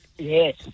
Yes